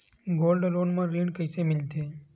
Gold loan म ऋण कइसे मिलथे?